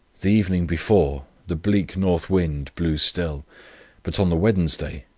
the evening before, the bleak north wind blew still but, on the wednesday,